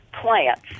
plants